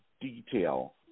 detail